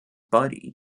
body